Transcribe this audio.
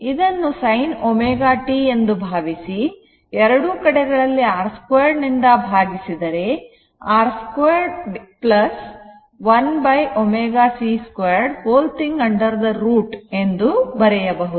ಇದನ್ನು sin ω t ಎಂದು ಭಾವಿಸಿ 2 ಕಡೆಗಳಲ್ಲಿ R 2 ನಿಂದ ಭಾಗಿಸಿ ದರೆ √ R 2 1 ω c 2 ಎಂದು ಬರೆಯಬಹುದು